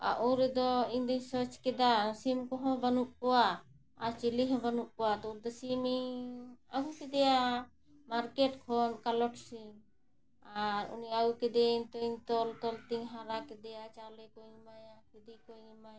ᱩᱱ ᱨᱮᱫᱚ ᱤᱧ ᱫᱩᱧ ᱥᱚᱪ ᱠᱮᱫᱟ ᱥᱤᱢ ᱠᱚᱦᱚᱸ ᱵᱟᱹᱱᱩᱜ ᱠᱚᱣᱟ ᱟᱨ ᱪᱤᱞᱤ ᱦᱚᱸ ᱵᱟᱹᱱᱩᱜ ᱠᱚᱣᱟ ᱛᱚ ᱥᱤᱢᱤᱧ ᱟᱹᱜᱩ ᱠᱮᱫᱮᱭᱟ ᱢᱟᱨᱠᱮᱴ ᱠᱷᱚᱱ ᱠᱟᱞᱚᱴ ᱥᱤᱢ ᱟᱨ ᱩᱱᱤ ᱟᱹᱜᱩ ᱠᱮᱫᱮᱭᱟᱹᱧ ᱛᱚᱧ ᱛᱚᱞ ᱛᱚᱞᱛᱤᱧ ᱦᱟᱞᱟ ᱠᱮᱫᱮᱭᱟ ᱪᱟᱣᱞᱮ ᱠᱚᱧ ᱮᱢᱟᱭᱟ ᱠᱷᱚᱫᱮ ᱠᱚᱧ ᱮᱢᱟᱭᱟ